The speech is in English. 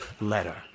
letter